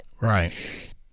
Right